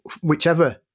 whichever